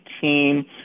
team